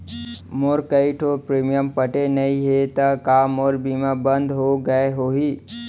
मोर कई ठो प्रीमियम पटे नई हे ता का मोर बीमा बंद हो गए होही?